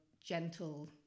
gentle